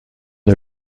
est